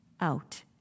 out